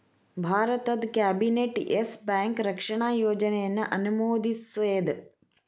ಭಾರತದ್ cabinet Yes Bank ರಕ್ಷಣಾ ಯೋಜನೆಯನ್ನ ಅನುಮೋದಿಸೇದ್